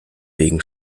wegen